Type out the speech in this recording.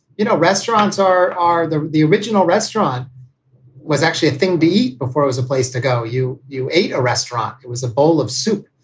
you know, restaurants are are the the original restaurant was actually a thing to eat before it was a place to go. you you eat a restaurant. it was a bowl of soup.